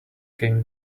came